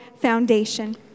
foundation